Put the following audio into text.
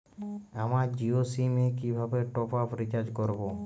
আমার জিও সিম এ কিভাবে টপ আপ রিচার্জ করবো?